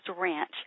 Ranch